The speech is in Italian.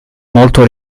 molto